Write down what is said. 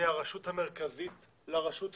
מהרשות המרכזית לרשות המקומית.